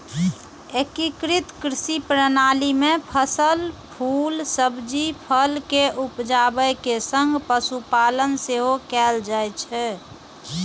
एकीकृत कृषि प्रणाली मे फसल, फूल, सब्जी, फल के उपजाबै के संग पशुपालन सेहो कैल जाइ छै